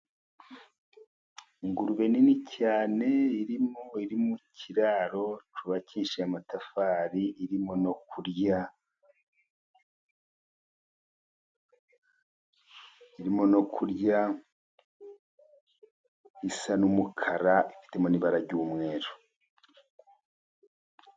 Ingurube nini cyane irimo, iri mu kiraro cyubakishije amatafari irimo no kurya, irimo no kurya isa n'umukara ifitemo n'ibara ry'umweru.